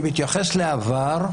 אני מתייחס לעבר,